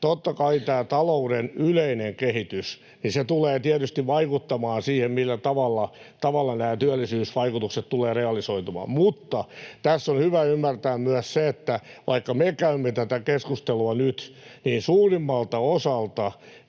totta kai talouden yleinen kehitys tulee tietysti vaikuttamaan siihen, millä tavalla nämä työllisyysvaikutukset tulevat realisoitumaan. Mutta tässä on hyvä ymmärtää myös, että vaikka me käymme tätä keskustelua nyt, niin suurimmalta osalta